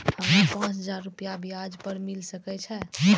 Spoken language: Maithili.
हमरा पाँच हजार रुपया ब्याज पर मिल सके छे?